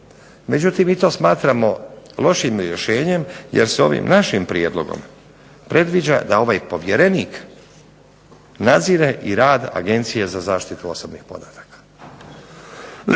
Međutim, mi to smatramo lošim rješenjem jer se ovim našim prijedlogom predviđa da ovaj povjerenik nadzire i rad Agencije za zaštitu osobnih podataka.